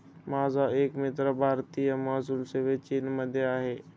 माझा एक मित्र भारतीय महसूल सेवेत चीनमध्ये आहे